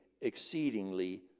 exceedingly